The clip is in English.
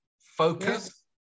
focus